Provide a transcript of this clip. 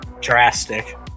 drastic